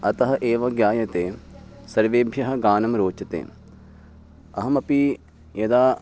अतः एव ज्ञायते सर्वेभ्यः गानं रोचते अहमपि यदा